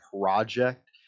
project